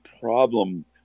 problem